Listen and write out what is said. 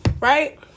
right